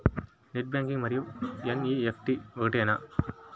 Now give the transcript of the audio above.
Net banking మరియు NEFT ఒకటేనా?